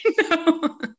No